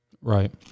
Right